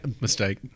Mistake